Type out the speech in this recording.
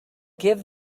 give